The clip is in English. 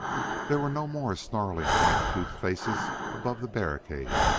there were no more snarling, white-toothed faces above the barricade,